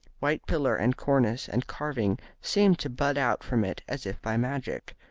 while pillar and cornice and carving seemed to bud out from it as if by magic.